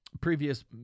previous